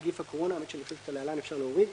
נגיף הקורונה)" אני חושב שאת ה"להלן" אפשר להוריד)